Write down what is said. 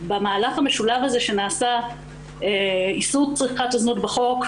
במהלך המשולב הזה שנעשה - איסור צריכת הזנות בחוק,